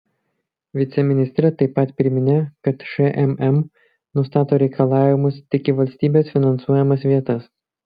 viceministrė taip pat priminė kad šmm nustato reikalavimus tik į valstybės finansuojamas vietas